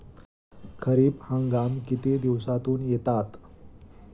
खरीप हंगाम किती दिवसातून येतात?